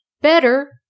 Better